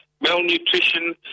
malnutrition